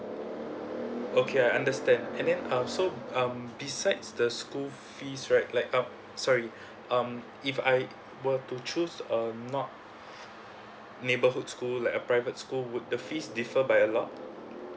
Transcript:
mm okay I understand and then um so um besides the school fees right like up sorry um if I were to choose um not neighborhood school like a private school would the fees differ by a lot